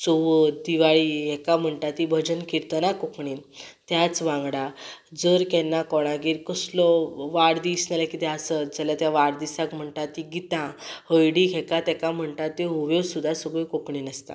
चवथ दिवाळी हाका म्हणटा ती भजन किर्तनां कोंकणीन त्याच वांगडा जर केन्ना कोणागेर कसलो वाडदीस नाल्यार कितें आसत जाल्यार त्या वाडदिसाक म्हणटा तीं गितां हळदीक हाका ताका म्हणटा त्यो होंवयो सुद्दां सगळ्यो कोंकणीत आसता